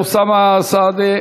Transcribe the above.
אוסאמה סעדי?